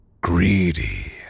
greedy